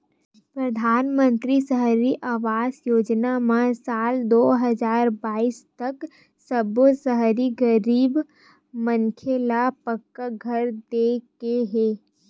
परधानमंतरी सहरी आवास योजना म साल दू हजार बाइस तक सब्बो सहरी गरीब मनखे ल पक्का घर दे के हे